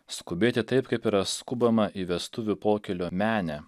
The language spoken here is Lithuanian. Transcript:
skubėti taip kaip yra skubama į vestuvių pokylio menę